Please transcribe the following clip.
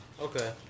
Okay